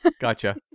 Gotcha